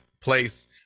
place